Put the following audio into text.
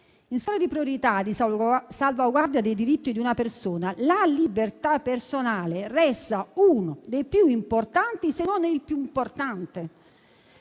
In scala di priorità nella salvaguardia dei diritti di una persona, la libertà personale resta uno dei più importanti, se non il più importante.